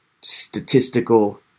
statistical